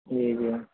جی جی